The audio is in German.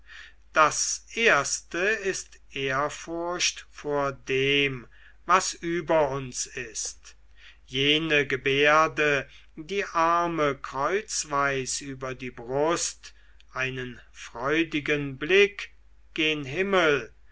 das erste ist ehrfurcht vor dem was über uns ist jene gebärde die arme kreuzweis über die brust einen freudigen blick gen himmel